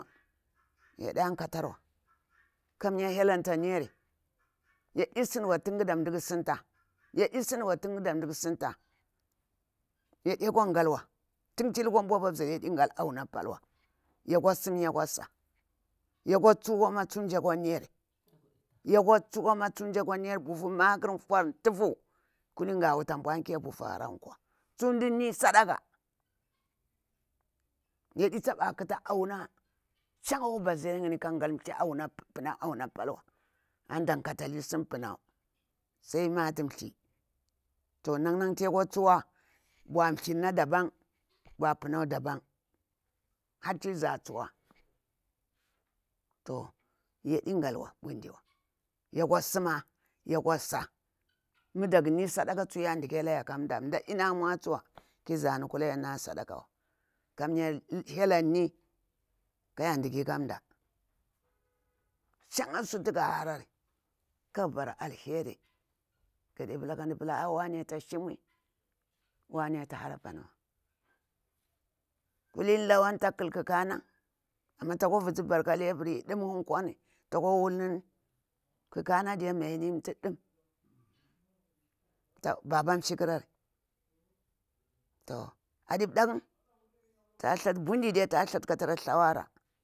Yada nkatarwa kamir hyel ata niyari yaɗi sidiwa tin gada ndah ƙu sinta, yadi sidiwatin ged nda ku sinta. Yaɗi kwa ngalwa tin ti lukwa nbwa apar yadi ngal auna palwa yakwa sim yakwa sa. Yakwa tsuhuma tsu nji niyar yakwa tsuhma nji kwaniyari buhu makar nfur, ntufu kulin ga wuta nbukiya bufu a hara nkwa. tsu ndani saɗaka. yadi tapa ƙuɗu auna sha'akwa bazari ni ka ngal thli auna pal wa. Panau auna pal wa. ana ɗa katali tsim panaw, sai emati thli. Toh nanan ti yakwa tsuhwa bwa thli na daban bwa panaw ɗaban, harti za tsuhwa. To yadi ngava budi, wa, ya kwa tsin, ya kwa sa. mah dak ni saka tsu ya ndikela yar ka nda- ndina na nmwah tsu kula yana kula saɗaka wa. kamiri hyel anni kaya adiki ka ndah. Shinkha suti gahari ƙa bara alheri, gapala aa wane ta shimu wane ataha panwa. Kulini lawan ta kal kaƙana, ama takwa visi baka ali ldamhu tiƙwani takwa ulni. kaka na diya mayani ntah dam, baba shikurari toh adi bɗakun. Bundi diya ta thlatu ƙasi thawara.